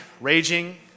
raging